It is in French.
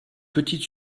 petite